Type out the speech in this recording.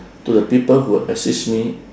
to the people who assist me